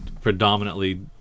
predominantly